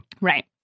right